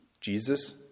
Jesus